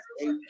eight